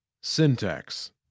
Syntax